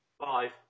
Five